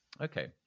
Okay